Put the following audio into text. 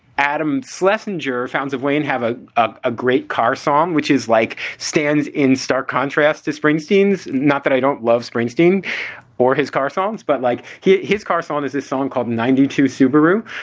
adam sesson jr. sounds that way and have a ah ah great car song, which is like stands in stark contrast to springsteen's. not that i don't love springsteen or his car songs, but like yeah his car song is this song called ninety two subaru.